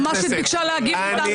היועצת המשפטית ביקשה להגיב --- טלי,